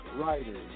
writers